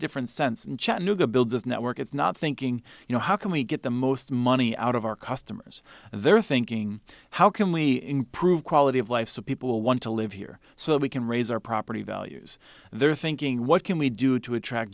different sense in chattanooga builds its network it's not thinking you know how can we get the most money out of our customers they're thinking how can we improve quality of life so people want to live here so we can raise our property values and they're thinking what can we do to attract